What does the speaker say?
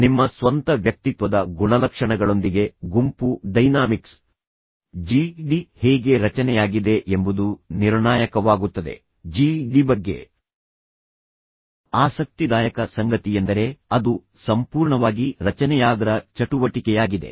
ನಿಮ್ಮ ಸ್ವಂತ ವ್ಯಕ್ತಿತ್ವದ ಗುಣಲಕ್ಷಣಗಳೊಂದಿಗೆ ಗುಂಪು ಡೈನಾಮಿಕ್ಸ್ ಜಿ ಡಿ ಹೇಗೆ ರಚನೆಯಾಗಿದೆ ಎಂಬುದು ನಿರ್ಣಾಯಕವಾಗುತ್ತದೆ ಜಿ ಡಿ ಬಗ್ಗೆ ಆಸಕ್ತಿದಾಯಕ ಸಂಗತಿಯೆಂದರೆ ಅದು ಸಂಪೂರ್ಣವಾಗಿ ರಚನೆಯಾಗದ ಚಟುವಟಿಕೆಯಾಗಿದೆ